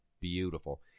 Beautiful